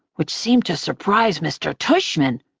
which seemed to surprise mr. tushman.